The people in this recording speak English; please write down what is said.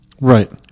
Right